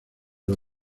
los